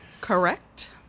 Correct